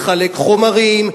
לחלק חומרים,